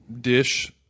dish